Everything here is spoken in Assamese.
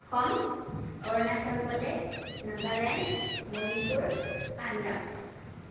অসম অৰুণাচল প্ৰদেশ নাগালেণ্ড মণিপুৰ পাঞ্জাব